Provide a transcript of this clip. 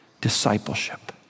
discipleship